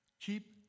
Keep